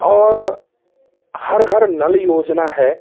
और हर घर नल योजना है